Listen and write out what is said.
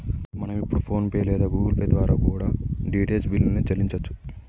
మనం ఇప్పుడు PhonePe లేదా గుగుల్ పే ల ద్వారా కూడా డీ.టీ.హెచ్ బిల్లుల్ని చెల్లించచ్చు